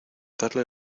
darle